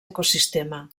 ecosistema